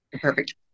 Perfect